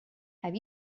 have